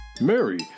Mary